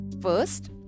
First